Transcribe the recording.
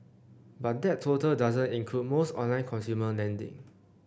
but that total doesn't include most online consumer lending